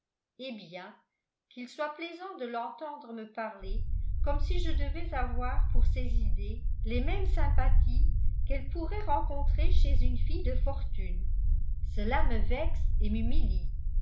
et bien qu'il soit plaisant de l'entendre me parler comme si je devais avoir pour ses idées les mêmes sympathies qu'elles pourraient rencontrer chez une jeune fille de fortune cela me vexe et m'humilie